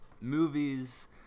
movies